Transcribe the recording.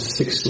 six